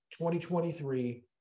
2023